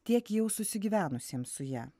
tiek jau susigyvenusiem su ja